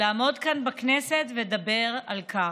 לעמוד כאן בכנסת ולדבר על כך.